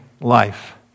life